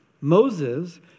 Moses